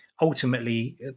ultimately